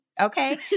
Okay